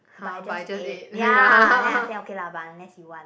but I just ate ya then I say okay lah but unless you want